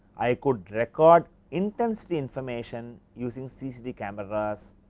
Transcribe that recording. i could record intense the information using ccd cameras